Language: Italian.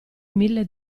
mille